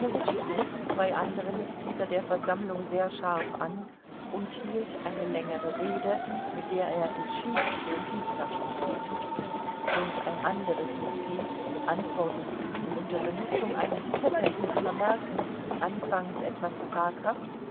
griff zwei andere mitglieder der versammlung sehr scharf an und hielt eine längere rede mit der er entschieden den sieg davontrug und ein anderes mitglied antwortete ihm unter benutzung eines zettels mit vermerken anfangs etwas zaghaft